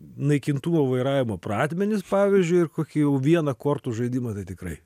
naikintuvo vairavimo pradmenis pavyzdžiui ir kokį jau vieną kortų žaidimą tai tikrai